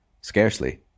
Scarcely